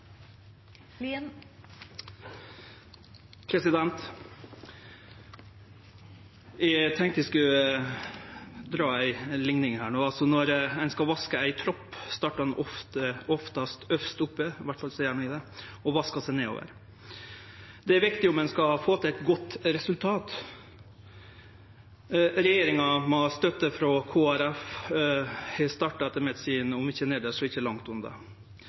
men intet nytt fra Senterpartiet. Eg tenkte eg skulle dra ei likning her no. Når ein skal vaske ei trapp, startar ein oftast øvst oppe – i alle fall gjer eg det – og vaskar seg nedover. Det er viktig om ein skal få til eit godt resultat. Regjeringa, med støtte frå Kristeleg Folkeparti, har etter mitt syn starta om ikkje nedst, så ikkje langt